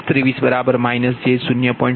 u If23 j0